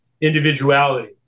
individuality